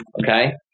Okay